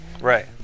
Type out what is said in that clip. Right